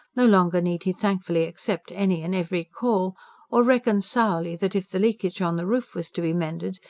no longer need he thankfully accept any and every call or reckon sourly that, if the leakage on the roof was to be mended,